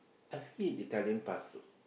have you eat taken pizza